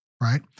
right